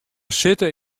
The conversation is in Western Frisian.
sitte